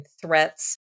threats